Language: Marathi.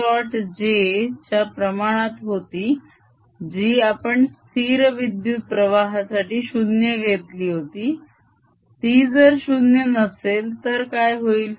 j च्या प्रमाणत होती जी आपण स्थिर विद्युत प्रवाहासाठी 0 घेतली होती ती जर 0 नसेल तर काय होईल